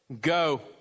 Go